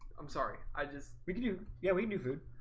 i'm sorry. i just we do. yeah. we do food.